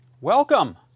welcome